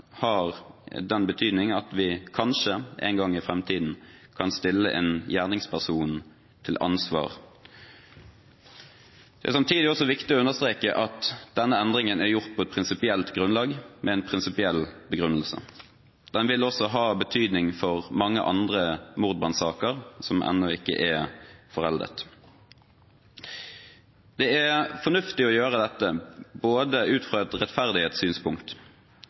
har den betydning at vi kanskje en gang i framtiden kan stille en gjerningsperson til ansvar. Det er samtidig også viktig å understreke at denne endringen er gjort på et prinsipielt grunnlag, med en prinsipiell begrunnelse. Den vil også ha betydning for mange andre mordbrannsaker som ennå ikke er foreldet. Det er fornuftig å gjøre dette ut fra et rettferdighetssynspunkt,